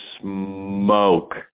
smoke